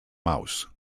mouse